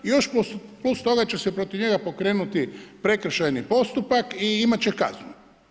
I još plus toga će se protiv njega pokrenuti prekršajni postupak i imati će kaznu.